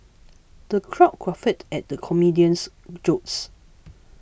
the crowd guffawed at the comedian's jokes